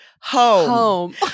Home